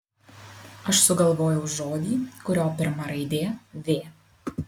aš sugalvojau žodį kurio pirma raidė v